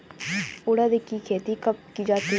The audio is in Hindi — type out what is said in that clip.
उड़द की खेती कब की जाती है?